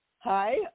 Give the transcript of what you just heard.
Hi